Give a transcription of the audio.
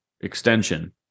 extension